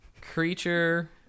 Creature